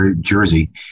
jersey